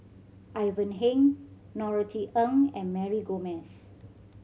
Ivan Heng Norothy Ng and Mary Gomes